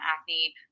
acne